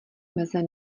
meze